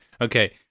Okay